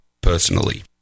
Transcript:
personally